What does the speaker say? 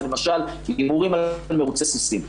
למשל הימורים על מירוצי סוסים.